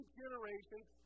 generations